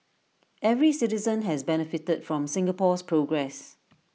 every citizen has benefited from Singapore's progress